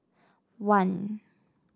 one